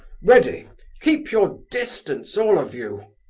ready keep your distance, all of you!